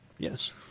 Yes